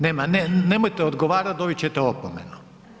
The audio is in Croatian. Nema, nemojte odgovarati, dobit ćete opomenu.